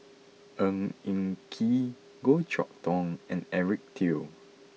Ng Eng Kee Goh Chok Tong and Eric Teo